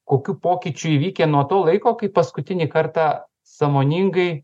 kokių pokyčių įvykę nuo to laiko kai paskutinį kartą sąmoningai